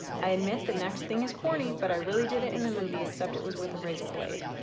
i admit the next thing is corny but i really did it in the movie except it was with a razor blade.